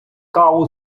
каву